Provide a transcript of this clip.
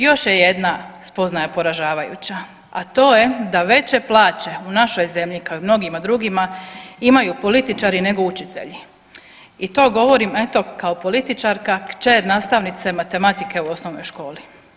Još je jedna spoznaja poražavajuća, a to je da veće plaće u našoj zemlji, kao i mnogima drugima, imaju političari nego učitelji i to govorim eto kao političarka, kćer nastavnice matematike u osnovnoj školi.